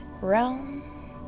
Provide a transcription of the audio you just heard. realm